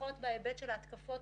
לפחות בהיבט של ההתקפות,